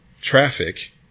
traffic